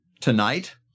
tonight